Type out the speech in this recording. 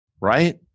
Right